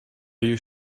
you